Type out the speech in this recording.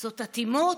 זאת אטימות?